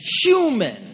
human